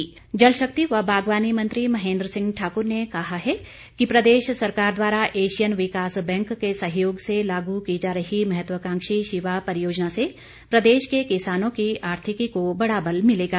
महेंद्र ठाकुर जलशक्ति व बागवानी मंत्री महेन्द्र सिंह ठाकुर ने कहा है कि प्रदेश सरकार द्वारा एशियन विकास बैंक के सहयोग से लागू की जा रही महत्वाकांक्षी शिवा परियोजना से प्रदेश के किसानों की आर्थिकी को बड़ा बल मिलेगा